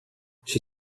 she